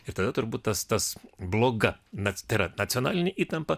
ir tada turbūt tas tas bloga nac tai yra nacionalinė įtampa